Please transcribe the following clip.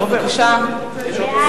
בבקשה.